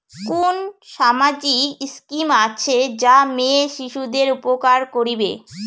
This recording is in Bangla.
কুন সামাজিক স্কিম আছে যা মেয়ে শিশুদের উপকার করিবে?